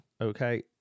okay